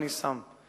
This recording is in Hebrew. אני שם,